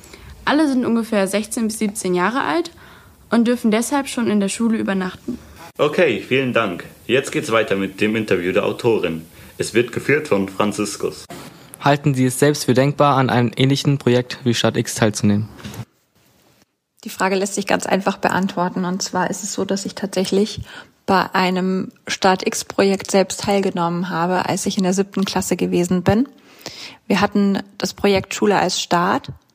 Alle sind ungefähr 16 bis 17 Jahre alt und dürfen deshalb schon in der Schule übernachten. Okay, vielen Dank. Jetzt geht's weiter mit dem Interview der Autorin. Es wird geführt von Franziskus. Halten Sie es selbst für denkbar, an einem ähnlichen Projekt wie Start X teilzunehmen? Die Frage lässt sich ganz einfach beantworten. Und zwar ist es so, dass ich tatsächlich bei einem Start X Projekt selbst teilgenommen habe, als ich in der siebten Klasse gewesen bin. Wir hatten das Projekt Schule als Staat.